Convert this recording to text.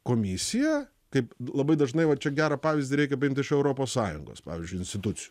komisija kaip labai dažnai va čia gerą pavyzdį reikia paimt iš europos sąjungos pavyzdžiui institucijų